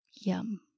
Yum